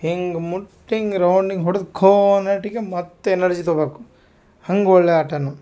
ಹಿಂಗೆ ಮುಟ್ಟಿಂಗೆ ರೌಂಡಿಗೆ ಹೊಡ್ದು ಖೋ ಅನೇಟಿಗೆ ಮತ್ತು ಎನರ್ಜಿ ತೊಗ್ಬೇಕು ಹಂಗೆ ಒಳ್ಳೆ ಆಟ